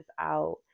out